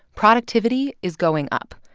productivity is going up.